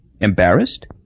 Embarrassed